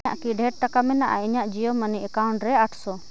ᱤᱧᱟᱹᱜ ᱠᱤ ᱰᱷᱮᱨ ᱴᱟᱠᱟ ᱢᱮᱱᱟᱜᱼᱟ ᱤᱧᱟᱹᱜ ᱡᱤᱭᱳ ᱢᱟᱱᱤ ᱮᱠᱟᱣᱩᱱᱴ ᱨᱮ ᱟᱴᱥᱚ